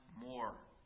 more